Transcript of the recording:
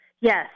Yes